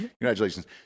Congratulations